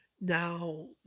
Now